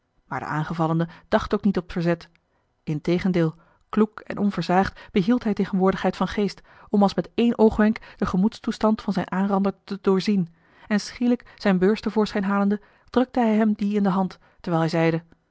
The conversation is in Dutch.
maar de aangevallene dacht ook niet op verzet integendeel kloek en onversaagd behield hij tegenwoordigheid van geest om als met één oogwenk den gemoedstoestand van zijn aanrander te doorzien en schielijk zijne beurs te voorschijn halende drukte hij hem die in de hand terwijl hij zeide